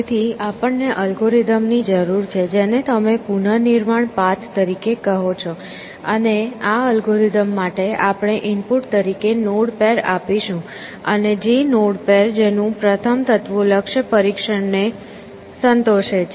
તેથી આપણને અલ્ગોરિધમની જરૂર છે જેને તમે પુનર્નિર્માણ પાથ તરીકે કહો છો અને આ અલ્ગોરિધમ માટે આપણે ઇનપુટ તરીકે નોડ પેર આપીશું અને જે નોડ પેર જેનું પ્રથમ તત્વો લક્ષ્ય પરીક્ષણને સંતોષે છે